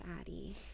addie